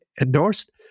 endorsed—